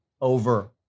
over